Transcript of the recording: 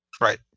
right